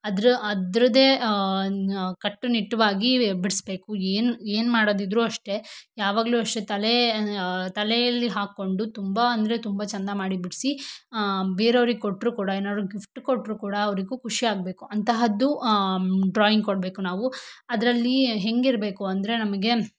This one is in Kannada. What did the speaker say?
ಅದ್ರ ಅದರದೇ ಕಟ್ಟುನಿಟ್ಟವಾಗಿ ಬಿಡಿಸ್ಬೇಕು ಏನು ಏನು ಮಾಡೋದಿದ್ರೂ ಅಷ್ಟೆ ಯಾವಾಗಲೂ ಅಷ್ಟೆ ತಲೆ ತಲೆಯಲ್ಲಿ ಹಾಕ್ಕೊಂಡು ತುಂಬಾ ಅಂದರೆ ತುಂಬಾ ಚಂದ ಮಾಡಿ ಬಿಡಿಸಿ ಬೇರೆವ್ರಿಗೆ ಕೊಟ್ರೂ ಕೂಡ ಏನಾರು ಗಿಫ್ಟ್ ಕೊಟ್ರೂ ಕೂಡ ಅವರಿಗೂ ಖುಷಿಯಾಗ್ಬೇಕು ಅಂತಹದ್ದು ಡ್ರಾಯಿಂಗ್ ಕೊಡಬೇಕು ನಾವು ಅದರಲ್ಲಿ ಹೆಂಗೆ ಇರಬೇಕು ಅಂದರೆ ನಮಗೆ